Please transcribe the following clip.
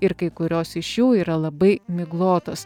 ir kai kurios iš jų yra labai miglotos